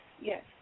yes